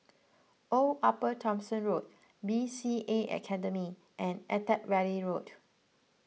Old Upper Thomson Road B C A Academy and Attap Valley Road